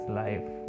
life